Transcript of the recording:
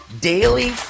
daily